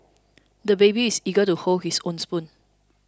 the baby is eager to hold his own spoon